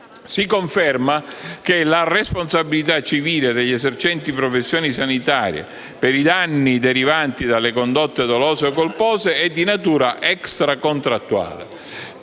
Si conferma che la responsabilità civile degli esercenti professioni sanitarie, per i danni derivanti dalle condotte dolose o colpose, è di natura extracontrattuale